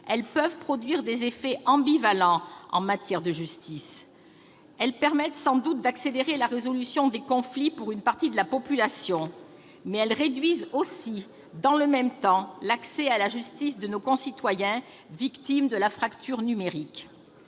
elles peuvent produire des effets ambivalents en matière de justice. Elles permettent sans doute d'accélérer la résolution de conflits pour une partie de la population. Toutefois, dans le même temps, elles réduisent l'accès à la justice de nos concitoyens victimes de la fracture numérique.